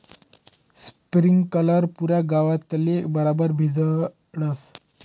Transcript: sprinkler पुरा गावतले बराबर भिजाडस